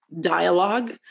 dialogue